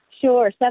Sure